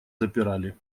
запирали